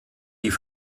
die